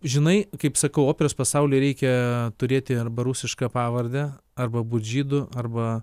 žinai kaip sakau operos pasauly reikia turėti arba rusišką pavardę arba būt žydu arba